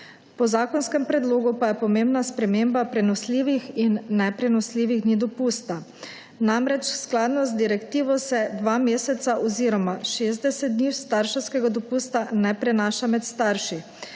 Po zakonskem predlogu pa je pomembna sprememba prenosljivih in neprenosljivih dni dopusta. Namreč skladno z direktivo se dva meseca oziroma 60 dni starševskega dopusta ne prenaša med starši.